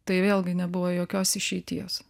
tai vėlgi nebuvo jokios išeities